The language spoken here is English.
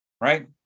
Right